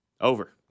Over